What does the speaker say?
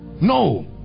No